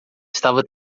estava